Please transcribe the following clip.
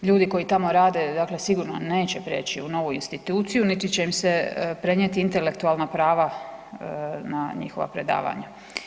Ljudi koji tamo rade, dakle sigurno neće prijeći u novu instituciju, niti će im se prenijeti intelektualna prava na njihova predavanja.